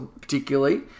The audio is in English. particularly